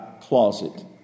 closet